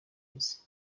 imeze